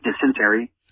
dysentery